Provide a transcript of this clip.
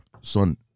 son